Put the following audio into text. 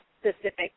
specific